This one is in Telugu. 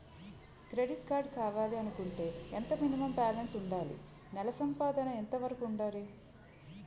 క్రెడిట్ కార్డ్ కావాలి అనుకుంటే ఎంత మినిమం బాలన్స్ వుందాలి? నెల సంపాదన ఎంతవరకు వుండాలి?